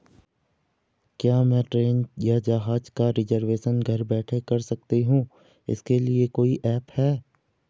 क्या मैं ट्रेन या जहाज़ का रिजर्वेशन घर बैठे कर सकती हूँ इसके लिए कोई ऐप है?